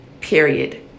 Period